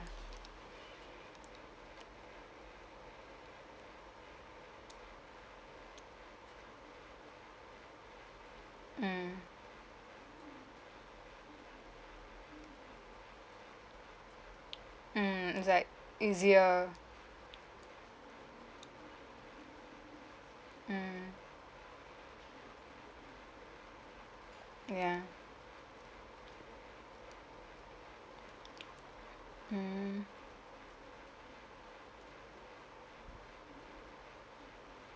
mm mm it's like easier mm ya mm